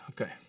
Okay